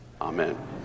Amen